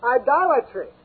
idolatry